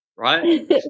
Right